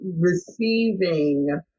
receiving